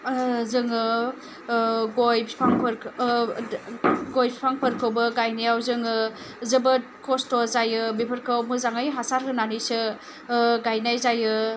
जोङो गय बिफांफोरखौबो गायनायाव जोङो जोबोद खस्थ' जायो बेफोरखौ मोजांङै हासार होनानैसो गायनाय जायो